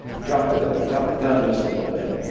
jumped ah jumped the gun just a little bit.